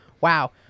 wow